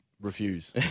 refuse